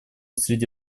среди